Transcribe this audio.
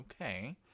okay